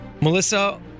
Melissa